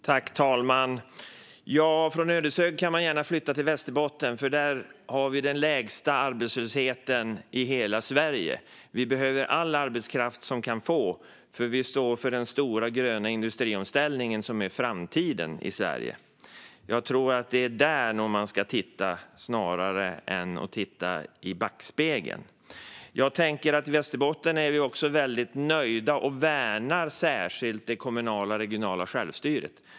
Fru talman! Från Ödeshög kan man gärna flytta till Västerbotten. Där har vi den lägsta arbetslösheten i hela Sverige. Vi behöver all arbetskraft vi kan få, för vi står för den stora gröna industriomställningen som är framtiden i Sverige. Jag tror att det är där man ska titta snarare än i backspegeln. I Västerbotten är vi också väldigt nöjda och värnar särskilt det kommunala och regionala självstyret.